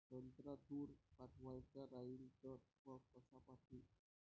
संत्रा दूर पाठवायचा राहिन तर मंग कस पाठवू?